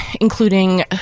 including